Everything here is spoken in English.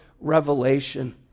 Revelation